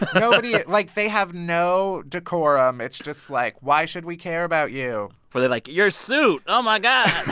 ah but yeah like, they have no decorum. it's just, like, why should we care about you? were they like, your suit, oh, my god?